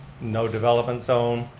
no development zone.